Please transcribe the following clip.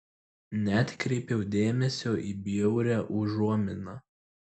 neatkreipiau dėmesio į bjaurią užuominą